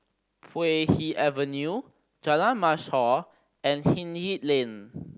Puay Hee Avenue Jalan Mashhor and Hindhede Lane